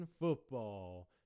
Football